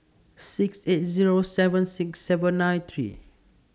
six eight Zero seven six seven nine three